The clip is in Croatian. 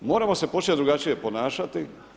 Moramo se početi drugačije ponašati.